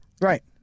right